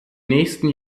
nächsten